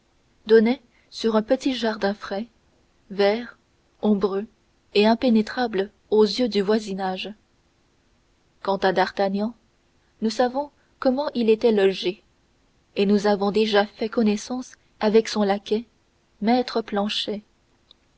donnait sur un petit jardin frais vert ombreux et impénétrable aux yeux du voisinage quant à d'artagnan nous savons comment il était logé et nous avons déjà fait connaissance avec son laquais maître planchet